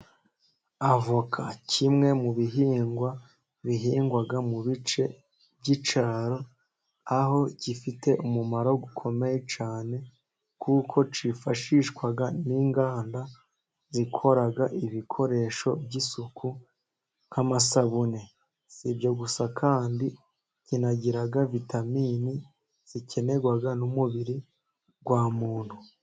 Avoka kimwe mu bihingwa bihingwa mu bice by'icyaro, aho gifite umumaro ukomeye cyane, kuko cyifashishwaa n'inganda, zikora ibikoresho by'isuku nk'amasabune, si ibyo gusa kandi kinagira vitaminini zikenerwa n'umubiri wa muntu.